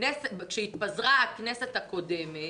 כשהתפזרה הכנסת הקודמת